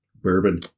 Bourbon